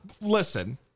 Listen